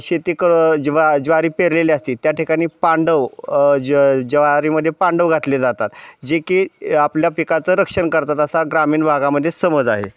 शेती क ज्वा ज्वारी पेरलेली असते त्या ठिकाणी पांडव ज्व ज्वारीमध्ये पांडव घातले जातात जे की आपल्या पिकाचं रक्षण करतात असा ग्रामीण भागामध्ये समज आहे